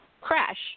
crash